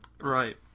Right